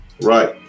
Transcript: Right